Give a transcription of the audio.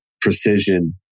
precision